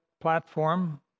platform